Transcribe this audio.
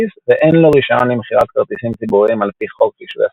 ואין לו רישיון למכירת כרטיסים ציבוריים על פי חוק רישוי עסקים,